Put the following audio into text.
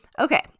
Okay